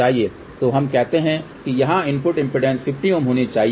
तो हम कहते हैं कि यहां इनपुट इम्पीडेन्स 50 Ω होनी चाहिए